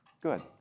good